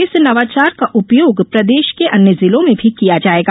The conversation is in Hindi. इस नवाचार का उपयोग प्रदेश के अन्य जिलों में भी किया जायेगा